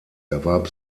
erwarb